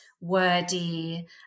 wordy